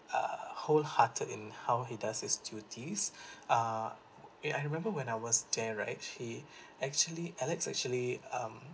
uh whole hearted in how he does his duties uh eh I remember when I was there right he actually alex actually um